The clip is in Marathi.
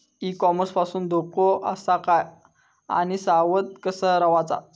ई कॉमर्स पासून धोको आसा काय आणि सावध कसा रवाचा?